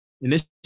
initially